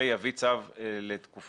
ויביא צו לתקופות